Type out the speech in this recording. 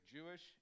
Jewish